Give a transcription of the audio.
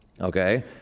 okay